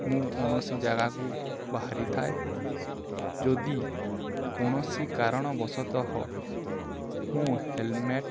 ମୁଁ କୌଣସି ଜାଗାକୁ ବାହାରିଥାଏ ଯଦି କୌଣସି କାରଣ ବଶତଃ ମୁଁ ହେଲମେଟ୍